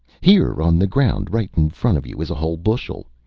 here on the ground, right in front of you, is a whole bushel.